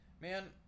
Man